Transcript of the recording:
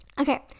okay